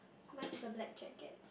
mine is the black jacket